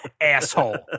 Asshole